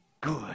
good